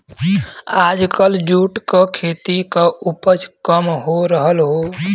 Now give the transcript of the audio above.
आजकल जूट क खेती क उपज काम हो रहल हौ